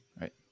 Right